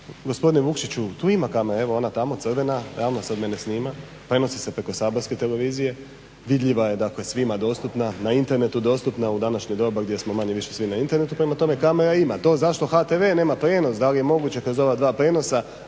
Gospodine Vukšiću tu ima kamere, evo ona tamo crvena ravno, sad mene snima prenosi se preko Saborske televizije, vidljiva je dakle svima dostupna, na internetu dostupna u današnje doba gdje smo manje-više svi na internetu. Prema tome, kamera ima, to zašto HTV nema prijenos, da li je moguće kroz ova dva prijenosa,